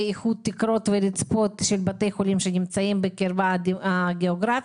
איחוד תקרות ורצפות של בתי חולים שנמצאים בקרבה גיאוגרפית.